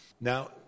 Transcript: Now